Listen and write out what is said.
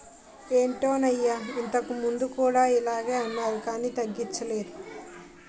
ఏటన్నయ్యా ఇంతకుముందు కూడా ఇలగే అన్నారు కానీ తగ్గించలేదు